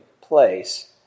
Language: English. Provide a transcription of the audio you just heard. place